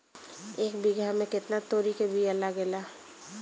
एक बिगहा में केतना तोरी के बिया लागेला?